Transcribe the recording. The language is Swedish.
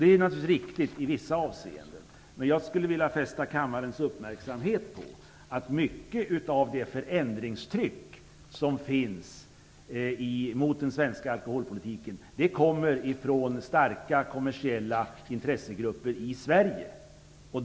Det är riktigt i vissa avseenden. Men jag skulle vilja fästa kammarens uppmärksamhet på att mycket av det förändringstryck som finns mot den svenska alkoholpolitiken kommer från starka kommersiella intressegrupper i Sverige.